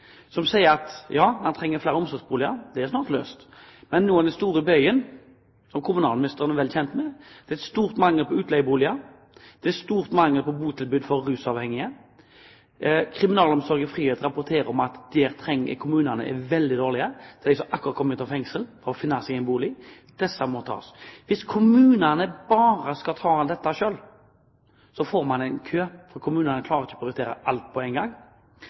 som sier at ja, man trenger flere omsorgsboliger, det er snart løst. Men noe av den store bøygen, som kommunalministeren er vel kjent med, er at det er stor mangel på utleieboliger. Det er stor mangel på botilbud for rusavhengige. Kriminalomsorg i frihet rapporterer om at kommunene er veldig dårlige når det gjelder dem som nettopp har kommet ut av fengsel og skal finne seg en bolig. Dette må tas. Hvis kommunene bare skal gjøre alt dette selv, får man kø, for kommunene klarer ikke å prioritere alt på en gang.